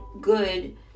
good